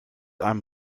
einem